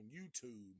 YouTube